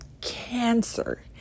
cancer